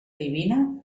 divina